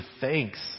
thanks